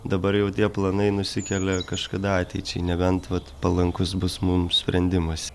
dabar jau tie planai nusikelia kažkada ateičiai nebent vat palankus bus mums sprendimas